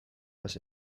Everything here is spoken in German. was